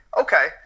okay